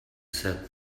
sat